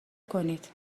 کنید